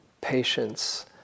patience